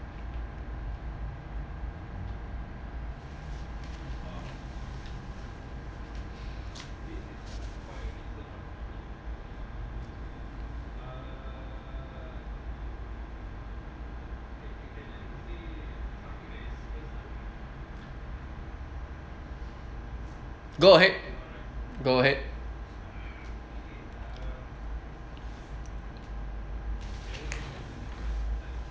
go ahead go ahead